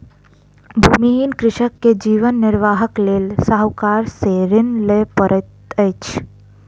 भूमिहीन कृषक के जीवन निर्वाहक लेल साहूकार से ऋण लिअ पड़ैत अछि